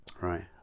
right